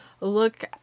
look